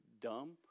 dumb